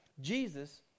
Jesus